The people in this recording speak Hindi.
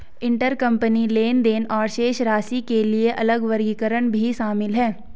इंटरकंपनी लेनदेन और शेष राशि के लिए अलग वर्गीकरण भी शामिल हैं